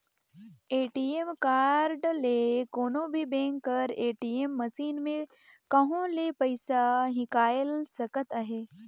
ATM card ले कोनो भी बेंक कर ए.टी.एम मसीन में कहों ले पइसा हिंकाएल सकत अहे